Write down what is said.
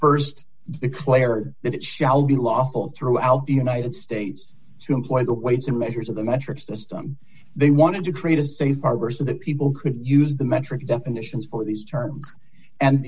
it st declared that it shall be lawful throughout the united states to employ the weights and measures of the metric system they wanted to create a safe harbor so that people could use the metric definitions for these terms and